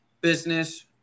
business